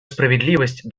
справедливость